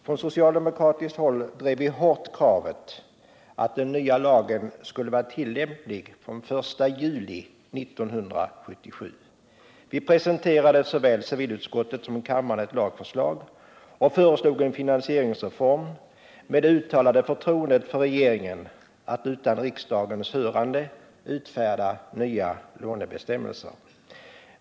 På socialdemokratiskt håll drev vi hårt kravet att den nya lagen skulle vara tillämplig fr.o.m. den 1 juli 1977. Vi presenterade såväl i civilutskottet som kammaren ett lagförslag och föreslog en finansieringsreform, med det uttalade förtroendet för regeringen att utan riksdagens hörande utfärda nya lånebestämmelser.